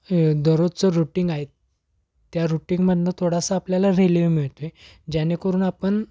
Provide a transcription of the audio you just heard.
दररोजचं routine आहे त्या रुटींनमधून थोडासा आपल्याला रिलीवे मिळते जेणेकरून आपण